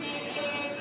הסתייגות